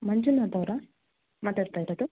ಮಂಜುನಾಥ್ ಅವರಾ ಮಾತಾಡ್ತಾ ಇರೋದು